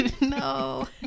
No